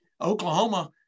Oklahoma